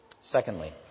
Secondly